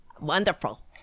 wonderful